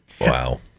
Wow